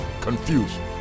confusion